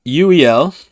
UEL